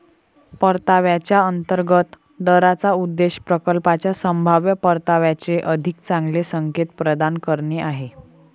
परताव्याच्या अंतर्गत दराचा उद्देश प्रकल्पाच्या संभाव्य परताव्याचे अधिक चांगले संकेत प्रदान करणे आहे